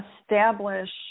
establish